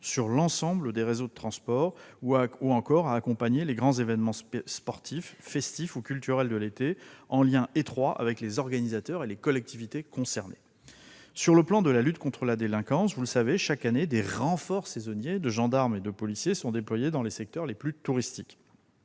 sur l'ensemble des réseaux de transport, ou encore à accompagner les grands événements festifs, sportifs ou culturels de l'été en lien étroit avec les organisateurs et les collectivités concernées. Sur le plan de la lutte contre la délinquance, vous le savez, chaque année des renforts saisonniers de gendarmes et de policiers sont déployés dans les secteurs les plus touristiques.